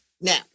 Now